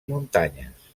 muntanyes